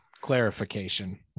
clarification